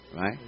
Right